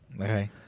Okay